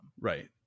Right